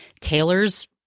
Taylor's